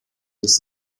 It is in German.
des